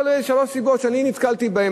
כל אלה שלוש סיבות שאני נתקלתי בהן